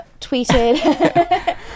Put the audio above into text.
tweeted